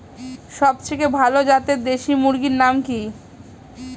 সবচেয়ে ভালো জাতের দেশি মুরগির নাম কি?